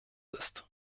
ist